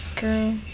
Girl